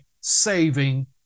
saving